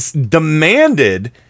demanded